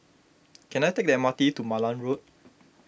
can I take the M R T to Malan Road